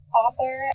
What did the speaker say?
author